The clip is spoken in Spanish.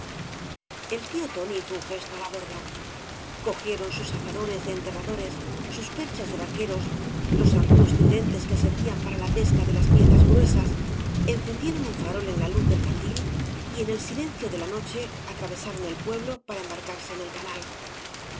el tío tóni hizo un gesto á la borda cogieron bus azadones de enterradores sus perchas de bar queros los agudos tridentes que servían para la pesca de las piezas gruesas encendieron un farol en la luz del candil y en el silencio de la noche atravesaron el pueblo para embarcarse en el canal